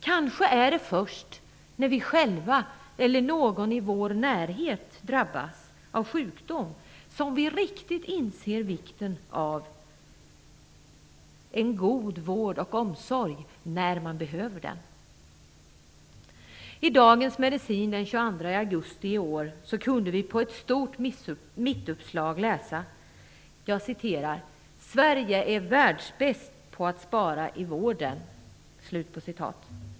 Kanske är det först när vi själva eller någon i vår närhet drabbas av sjukdom som vi riktigt inser vikten av en god vård och omsorg när man behöver den. I Dagens Medicin den 22 augusti i år kunde vi på ett stort mittuppslag läsa: "Sverige är världsbäst på att spara i vården".